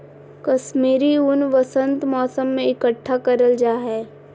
कश्मीरी ऊन वसंत मौसम में इकट्ठा करल जा हय